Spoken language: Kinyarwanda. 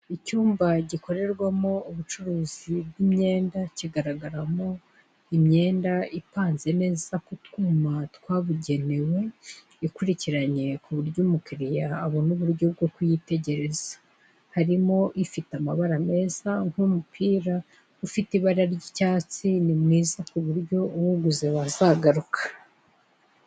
Icyumba gikorerwamo ubucuruzi bw'imyenda, kigagaramo imyenda ipanze neza ku twuma twabugenewe, ikurikiranye ku buryo umukiriya abona uburyo bwo kuyitegereza. Harimo ifite amabara meza nk'umupira ufite ibara ry'icyatsi, ni mwiza ku buryo uwuguze wazagaruka.